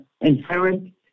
inherent